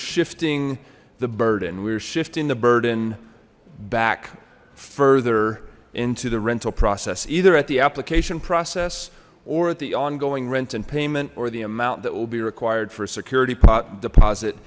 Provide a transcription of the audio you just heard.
shifting the burden we were shifting the burden back further into the rental process either at the application process or at the ongoing rent and payment or the amount that will be required for a security pot